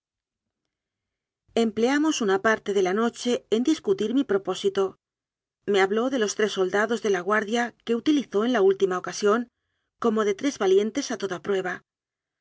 empleamos una parte de la noche en discutir mi propósito me habló de los tres soldados de la guardia que utilizó en la última ocasión como de tres valientes a toda prueba